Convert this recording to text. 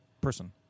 person